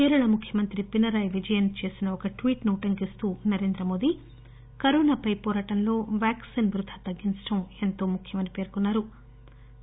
కేరళ ముఖ్యమంత్రి పినరాయి విజయన్ చేసిన ఒక ట్వీట్ ను ఉటంకిస్తూ నరేంద్రమోదీ కరోనాపై పోరాటంలో వ్యాక్సిన్ వృథా తగ్గించడం ఎంతో ముఖ్యమని పేర్కొన్నా రు